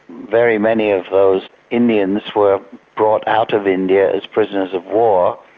very many of those indians were brought out of india as prisoners-of-war,